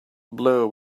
blew